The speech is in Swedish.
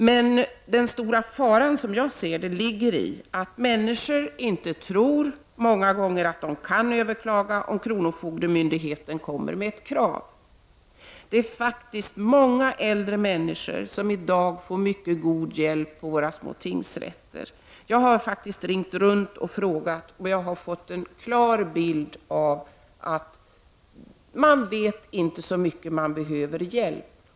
Men den stora faran ligger i att människor inte tror de kan överklaga om kronofogdemyndigheten kommer med krav. Det är faktiskt många äldre människor som i dag får god hjälp av våra tingsrätter. Jag har ringt runt litet och frågat och fått en klar bild av att människor känner att de inte vet så mycket, utan behöver hjälp.